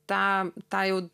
tą tą jau